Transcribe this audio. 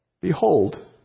Behold